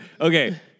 Okay